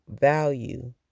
value